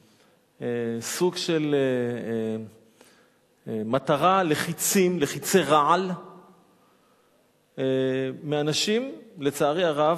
סוג של מטרה לחצים, לחצי רעל, מאנשים, לצערי הרב,